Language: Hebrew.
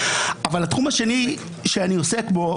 אבל התחום השני שאני עוסק בו,